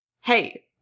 Hey